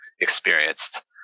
experienced